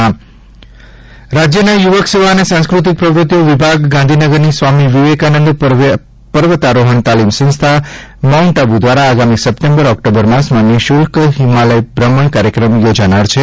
હિમાલય ભ્રમણ કાર્યક્રમ રાજ્યના યુવક સેવા અને સાંસ્કૃતિક પ્રવૃતિઓ વિભાગ ગાંધીનગરની સ્વામી વિવેકાનંદ પર્વતારોહજ઼ તાલિમ સંસ્થા માઉન્ટ આબુ દ્વારા આગામી સપ્ટેમ્બર ઓક્ટોબર માસમાં નિશુલ્ક હિમાલય બ્રમજ઼ કાર્યક્રમ યોજાનાર છે